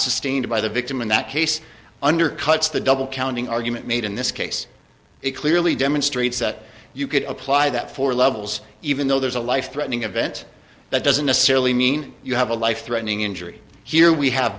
sustained by the victim in that case undercuts the double counting argument made in this case it clearly demonstrates that you could apply that four levels even though there's a life threatening event that doesn't necessarily mean you have a life threatening injury here we have